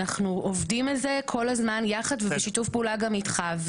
אנחנו עובדים על זה כל הזמן ביחד ובשיתוף פעולה גם איתך,